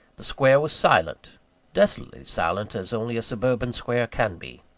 the square was silent desolately silent, as only a suburban square can be.